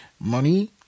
money